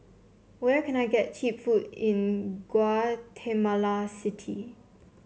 where can I get cheap food in Guatemala City